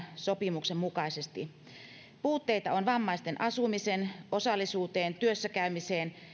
sopimuksen mukaisesti puutteita on vammaisten asumiseen osallisuuteen työssä käymiseen